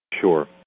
Sure